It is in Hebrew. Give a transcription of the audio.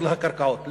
של הקרקעות.